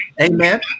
amen